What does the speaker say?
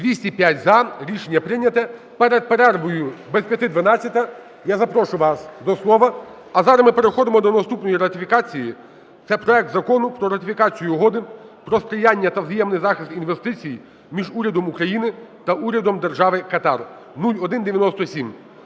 За-205 Рішення прийняте. Перед перервою, без п'яти дванадцята, я запрошую вас до слова. А зараз ми переходимо до наступної ратифікації. Це проект Закону про ратифікацію Угоди про сприяння та взаємний захист інвестицій між Урядом України та Урядом Держави Катар (0197).